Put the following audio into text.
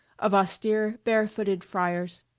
of austere, barefooted friars.